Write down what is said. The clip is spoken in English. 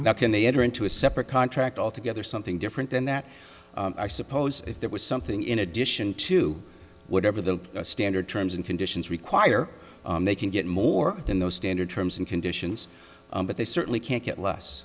not can they enter into a separate contract altogether something different than that i suppose if there was something in addition to whatever the standard terms and conditions require they can get more than the standard terms and conditions but they certainly can't get less